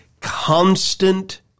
constant